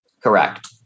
Correct